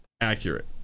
accurate